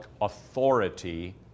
authority